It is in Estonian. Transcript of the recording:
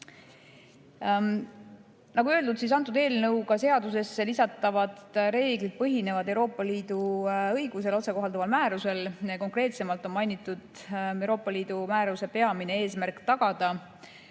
öeldud, antud eelnõuga seadusesse lisatavad reeglid põhinevad Euroopa Liidu õigusel, otsekohalduval määrusel. Konkreetsemalt on mainitud Euroopa Liidu määruse peamine eesmärk tagada,